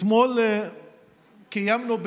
אתמול קיימנו,